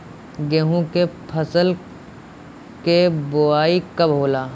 गेहूं के फसल के बोआई कब होला?